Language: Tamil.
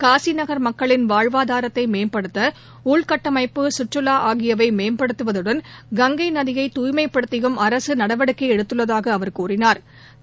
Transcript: காசி நகர் மக்களின் வாழ்வாதாரத்தை மேம்படுத்த உள்கட்டமைப்பு சுற்றுவா ஆகியவை மேம்படுத்துவதுடன் கங்கை நதியை தூய்மைப்படுத்தியும் அரசு நடவடிக்கை எடுத்துள்ளதாக அவர் கூறினாள்